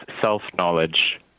self-knowledge